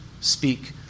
speak